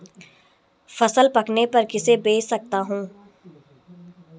फसल पकने पर किसे बेच सकता हूँ?